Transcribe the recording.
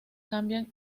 cambian